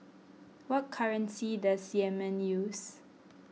what currency does Yemen use